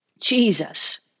Jesus